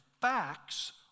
facts